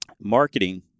marketing